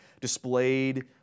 displayed